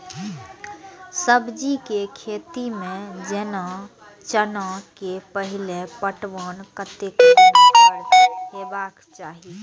सब्जी के खेती में जेना चना के पहिले पटवन कतेक दिन पर हेबाक चाही?